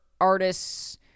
artists